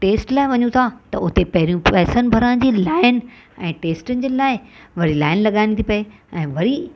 taste लाइ वञूं था त हुते पहिरियूं पैसनि भराइण जी लाइन ऐं टेस्टनि जी लाइ वरी लाइन लगाइणी थी पिए ऐं वरी